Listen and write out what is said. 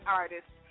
artists